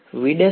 વિદ્યાર્થી